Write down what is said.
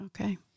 Okay